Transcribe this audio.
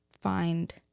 find